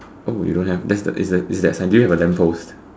oh you don't have that's a is that sign do you have a lamppost